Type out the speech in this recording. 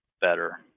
better